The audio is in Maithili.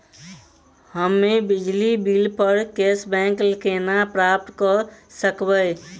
हम्मे बिजली बिल प कैशबैक केना प्राप्त करऽ सकबै?